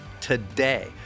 today